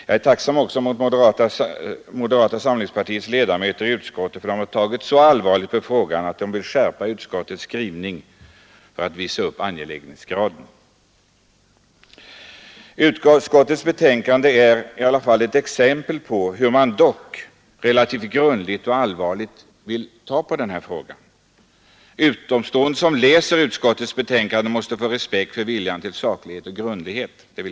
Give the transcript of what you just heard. Jag är också tacksam för att moderata samlingspartiets ledamöter i utskottet har tagit så allvarligt på frågan att de ville skärpa utskottets skrivning för att visa angelägenhetsgraden. Utskottets betänkande är i alla fall ett exempel på hur man relativt grundligt och allvarligt vill ta på denna fråga. Utomstående som läser utskottets betänkande måste få respekt för viljan till saklighet och ärlighet.